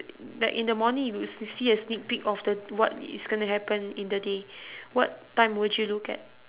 uh like in the morning you would s~ see a sneak peek of the what is gonna happen in the day what time would you look at